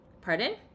Pardon